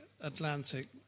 Atlantic